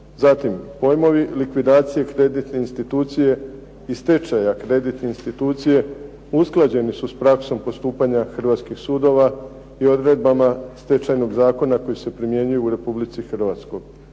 pojmovi likvidacije kreditne institucije i stečaja kreditne institucije usklađeni su s praksom postupanja hrvatskih sudova i odredbama stečajnog zakona koji se primjenjuje u RH. I na kraju